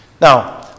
Now